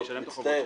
מצטער.